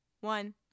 one